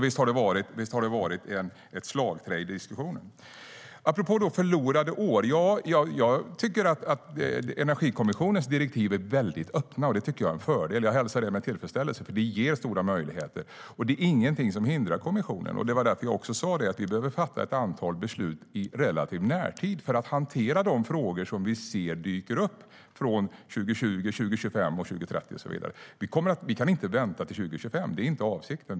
Visst har detta varit ett slagträ i diskussionen. Apropå förlorade år: Jag tycker att Energikommissionens direktiv är väldigt öppna, och det tycker jag är en fördel. Jag hälsar det med tillfredsställelse, för det ger stora möjligheter. Det är inget som hindrar kommissionen här. Det var också därför jag sa att vi behöver fatta ett antal beslut i relativ närtid för att hantera de frågor som vi ser dyker upp från 2020, 2025, 2030 och så vidare. Vi kan inte vänta till 2025 - det är inte avsikten.